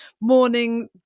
morning